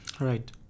Right